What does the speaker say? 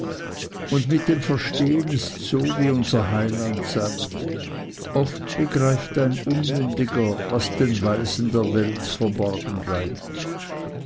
und mit dem verstehen ists so wie unser heiland sagt oft begreift ein unmündiger was den weisen der welt verborgen bleibt